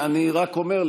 אני רק אומר,